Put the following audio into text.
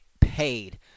paid